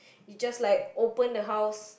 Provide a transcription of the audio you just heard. you just like open the house